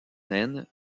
naine